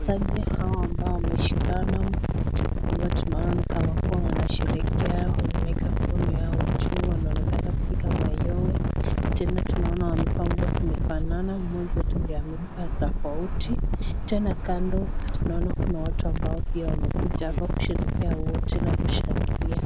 Wachezaji hawa ambao wameshikana, ambao tunaona ni kamakuwa wanasherehekea wameweka mikono yao juu, wanaonekana kupiga mayowe, tena tunaona wamevaa nguo zimefanana, mmoja tu ndio amevaa tofauti. Tena kando tunaona kuna watu ambao pia wamekuja hapa kusherehekea wote na kushangilia.